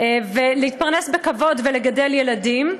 להתפרנס בכבוד ולגדל ילדים.